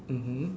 mmhmm